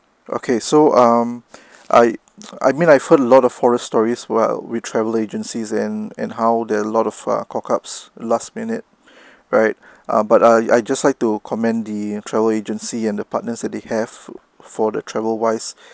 okay so um I I mean I've heard a lot of horror stories awhile with the travel agencies and and how there a lot of cockups last minute right ah but I I just like to comment the travel agency and the partners that they have fo~ for the travel wise